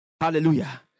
Hallelujah